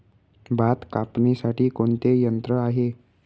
भात कापणीसाठी कोणते यंत्र आहे?